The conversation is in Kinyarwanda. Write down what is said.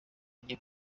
rye